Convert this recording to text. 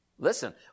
Listen